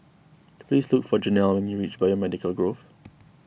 please look for Janel when you reach Biomedical Grove